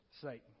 Satan